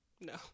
no